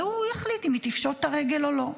והוא יחליט אם היא תפשוט את הרגל או לא.